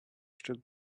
still